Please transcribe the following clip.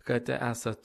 kad esat